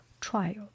Trial